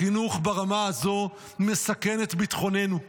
החינוך ברמה הזו מסכן את ביטחוננו.